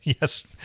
Yes